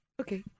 Okay